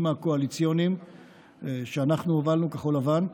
הקואליציוניים שאנחנו בכחול לבן הובלנו,